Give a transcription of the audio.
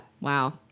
wow